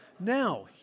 Now